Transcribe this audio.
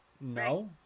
no